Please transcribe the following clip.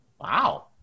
Wow